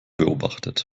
beobachtet